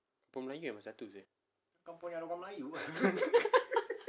kampung melayu ada satu jer kan